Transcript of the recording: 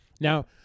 Now